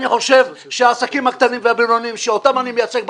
אני חושב שהעסקים הקטנים והבינוניים אותם אני מייצג,